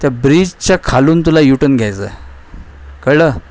त्या ब्रिजच्या खालून तुला यू टन घ्यायचं आहे कळलं